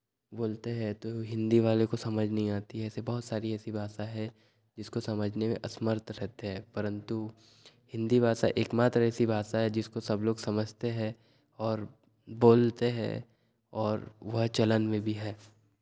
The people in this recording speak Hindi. बोलते हैं तो हिन्दी वाले को समझ नहीं आती है ऐसे बहुत सारी ऐसी भाषा है जिसको समझने में असमर्थ रहते हैं परन्तु हिन्दी भाषा एकमात्र ऐसी भाषा है जिसको सब लोग समझते हैं और बोलते हैं और वह चलन में भी है